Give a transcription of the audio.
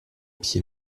pied